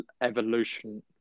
evolution